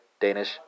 Danish